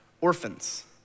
orphans